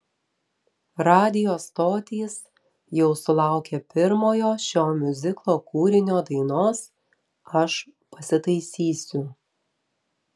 radijo stotys jau sulaukė pirmojo šio miuziklo kūrinio dainos aš pasitaisysiu